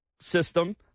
system